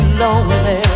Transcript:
lonely